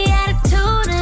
attitude